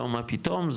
מה פתאום,